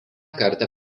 kartą